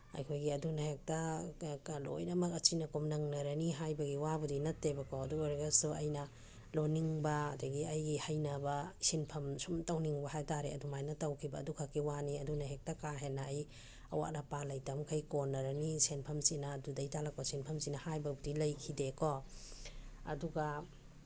ꯑꯩꯈꯣꯏꯒꯤ ꯑꯗꯨꯅ ꯍꯦꯛꯇ ꯂꯣꯏꯅꯃꯛ ꯑꯆꯤꯟ ꯑꯀꯣꯝ ꯅꯪꯅꯔꯅꯤ ꯍꯥꯏꯕꯒꯤ ꯋꯥꯕꯨꯗꯤ ꯅꯠꯇꯦꯕ ꯀꯣ ꯑꯗꯨ ꯑꯣꯏꯔꯒꯁꯨ ꯑꯩꯅ ꯂꯣꯟꯅꯤꯡꯕ ꯑꯗꯒꯤ ꯑꯩꯒꯤ ꯍꯩꯅꯕ ꯁꯤꯟꯐꯝ ꯁꯨꯝ ꯇꯧꯅꯤꯡꯕ ꯍꯥꯏꯇꯥꯔꯦ ꯑꯗꯨꯃꯥꯏꯅ ꯇꯧꯈꯤꯕ ꯑꯗꯨꯈꯛꯀꯤ ꯋꯥꯅꯤ ꯑꯗꯨꯅ ꯍꯦꯛꯇ ꯀꯥꯍꯦꯟꯅ ꯑꯩ ꯑꯋꯥꯠ ꯑꯄꯥ ꯂꯩꯇꯕ ꯃꯈꯩ ꯀꯣꯟꯅꯔꯅꯤ ꯁꯦꯟꯐꯝꯁꯤꯅ ꯑꯗꯨꯗꯩ ꯇꯥꯜꯂꯛꯄ ꯁꯦꯟꯐꯝꯁꯤꯅ ꯍꯥꯏꯕꯕꯨꯗꯤ ꯂꯩꯈꯤꯗꯦ ꯀꯣ ꯑꯗꯨꯒ